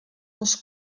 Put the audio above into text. els